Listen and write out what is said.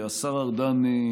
והשר ארדן,